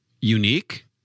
unique